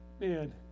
man